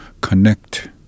connect